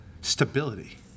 stability